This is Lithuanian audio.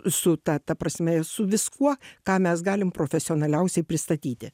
su ta ta prasme su viskuo ką mes galim profesionaliausiai pristatyti